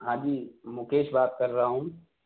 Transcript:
ہاں جی مُکیش بات کر رہا ہوں